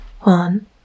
one